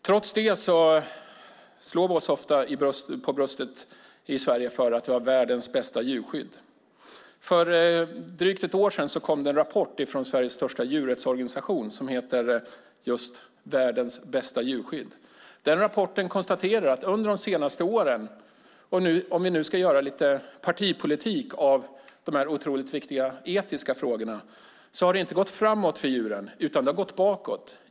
Trots detta slår vi oss ofta för bröstet i Sverige för att vi har världens bästa djurskydd. För drygt ett år sedan kom rapporten Världens bästa djurskydd? från Sveriges största djurrättsorganisation. Den rapporten konstaterar att under de senaste åren, om vi nu ska göra lite partipolitik av de här otroligt viktiga etiska frågorna, har det inte gått framåt för djuren utan bakåt.